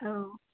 औ